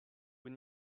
vous